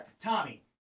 tommy